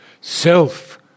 self